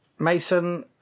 mason